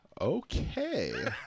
Okay